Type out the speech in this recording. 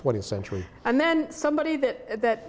twentieth century and then somebody that